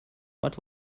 what